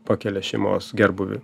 pakelia šeimos gerbūvį